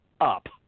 up